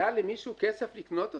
היה למישהו כסף לקנות אותן?